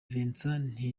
vincent